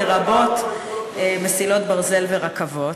לרבות מסילות ברזל ורכבות.